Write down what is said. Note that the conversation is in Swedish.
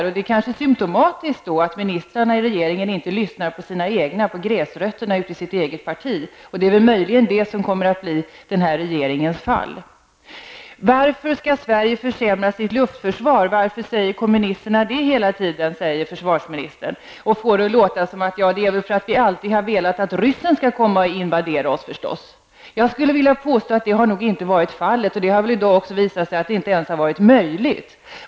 Men det är kanske symtomatiskt att ministrarna i regeringen inte lyssnar på gräsrötterna i sitt eget parti. Det är möjligen det som kommer att bli denna regerings fall. Varför säger kommunisterna hela tiden att Sverige skall försämra sitt luftförsvar, frågar försvarsministern och får det att låta som att vi alltid har velat att ryssen skall komma och invadera oss. Jag vill påstå att så inte har varit fallet, och det har väl nu också visat sig att det inte ens har varit möjligt.